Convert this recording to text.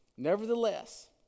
Nevertheless